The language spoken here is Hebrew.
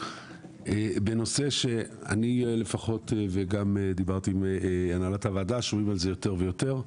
בנושא שאני לפחות וגם דיברתי עם הנהלת הוועדה שומעים על זה יותר ויותר,